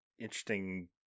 Interesting